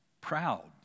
proud